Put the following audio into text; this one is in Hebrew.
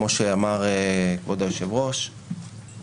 כמו שאמר כבוד היו"ר,